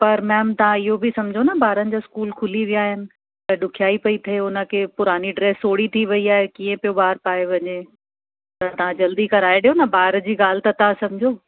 पर मैम तव्हां इहो बि सम्झो न ॿारनि जा स्कूल खुली विया आहिनि त ॾुखियाई पई थिए उन खे पुराणी ड्रेस सोड़ही थी वई आहे कीअं पियो ॿारु पाए वञे त तव्हां जल्दी कराए ॾियो न ॿार जी ॻाल्हि त तव्हां सम्झो